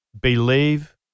believe